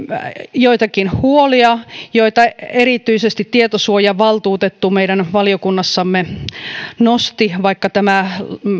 joitakin huolia joita erityisesti tietosuojavaltuutettu meidän valiokunnassamme nosti vaikka tämä